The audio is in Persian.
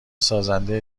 سازنده